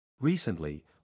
Recently